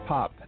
Pop